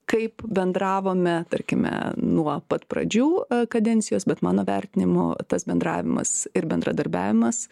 kaip bendravome tarkime nuo pat pradžių kadencijos bet mano vertinimu tas bendravimas ir bendradarbiavimas